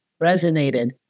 resonated